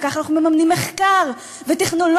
וככה אנחנו מממנים מחקר וטכנולוגיה,